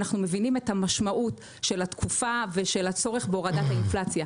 אנחנו מבינים את המשמעות של התקופה ושל הצורך בהורדת האינפלציה.